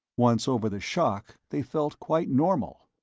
once over the shock, they felt quite normal.